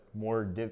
more